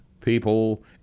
People